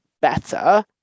better